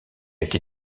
été